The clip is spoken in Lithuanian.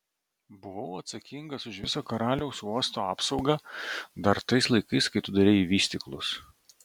buvau atsakingas už viso karaliaus uosto apsaugą dar tais laikais kai tu darei į vystyklus